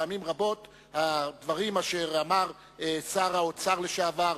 פעמים רבות הדברים אשר אמר שר האוצר לשעבר,